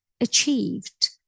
achieved